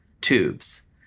tubes